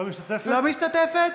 לא משתתפת